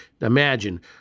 imagine